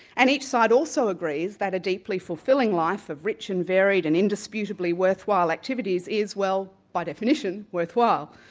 and each side also agrees that a deeply fulfilling life of rich and varied and indisputably worthwhile activities is, well, by definition, worthwhile.